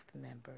members